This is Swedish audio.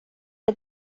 det